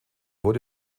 wurde